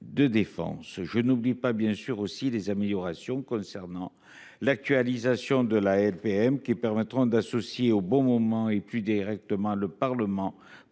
Je n'oublie pas bien sûr aussi des améliorations concernant l'actualisation de la LPM qui permettront d'associer au bon moment et plus directement le Parlement